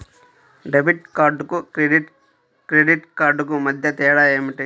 Debit కార్డుకు credit credit కార్డుకు మధ్య తేడా ఏమిటీ?